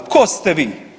Tko ste vi?